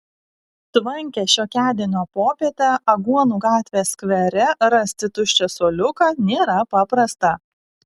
tvankią šiokiadienio popietę aguonų gatvės skvere rasti tuščią suoliuką nėra paprasta